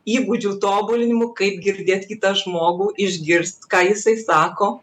įgūdžių tobulinimu kaip girdėt kitą žmogų išgirst ką jisai sako